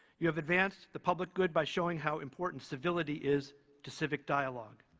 you have advanced the public good by showing how important civility is to civic dialogue.